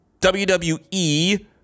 WWE